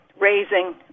raising